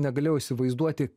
negalėjau įsivaizduoti